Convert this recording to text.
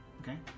Okay